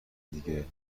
دیگه